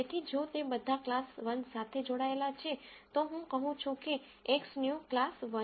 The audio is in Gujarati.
તેથી જો તે બધા ક્લાસ 1 સાથે જોડાયેલા છે તો હું કહું છું કે Xnew ક્લાસ 1